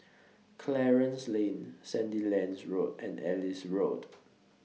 Clarence Lane Sandilands Road and Ellis Road